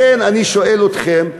לכן אני שואל אתכם,